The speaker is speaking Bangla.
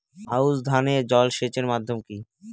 আউশ ধান এ জলসেচের মাধ্যম কি?